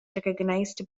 recognized